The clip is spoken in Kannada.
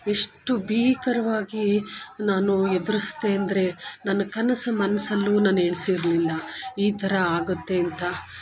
ಎಷ್ಟು ಭೀಕರವಾಗಿ ನಾನು ಎದುರಿಸಿದೆ ಅಂದರೆ ನನ್ನ ಕನಸು ಮನಸಲ್ಲೂ ನಾನು ಎಣಿಸಿರಲಿಲ್ಲ ಈ ಥರ ಆಗುತ್ತೆ ಅಂತ